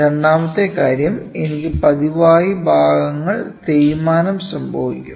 രണ്ടാമത്തെ കാര്യം എനിക്ക് പതിവായി ഭാഗങ്ങൾക്ക് തേയ്മാനം സംഭവിക്കും